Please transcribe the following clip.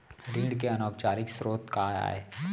ऋण के अनौपचारिक स्रोत का आय?